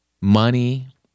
money